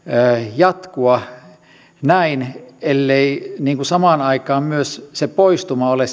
jatkua näin ellei samaan aikaan myös se poistuma ole